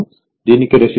దీనికి రెసిస్టెన్స్ 0